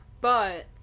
But-